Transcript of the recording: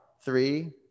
three